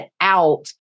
out